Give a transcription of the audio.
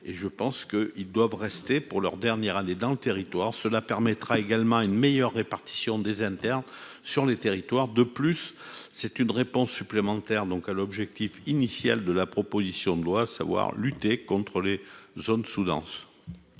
et je pense que, ils doivent rester pour leurs dernières années dans le territoire, cela permettra également une meilleure répartition des internes sur les territoires de plus c'est une réponse supplémentaire, donc à l'objectif initial de la proposition de loi savoir lutter contres les zones sous-denses.